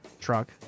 truck